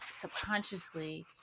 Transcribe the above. subconsciously